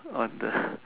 on the